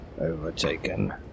overtaken